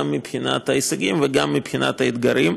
גם מבחינת ההישגים וגם מבחינת האתגרים.